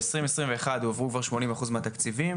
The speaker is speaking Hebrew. ב-2021 הועברו כבר שמונים אחוז מהתקציבים